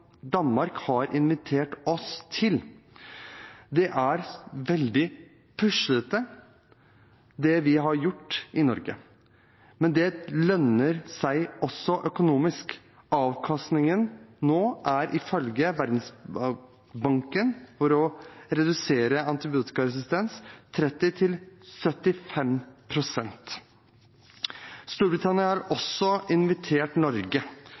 Danmark har invitert oss til. Det er veldig puslete, det vi har gjort i Norge. Men det lønner seg også økonomisk. Avkastningen for å redusere antibiotikaresistens er nå ifølge Verdensbanken 30–75 pst. Storbritannia har også invitert Norge